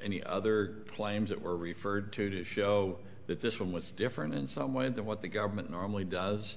any other claims that were referred to to show that this one was different in some way than what the government normally does